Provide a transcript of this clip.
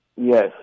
Yes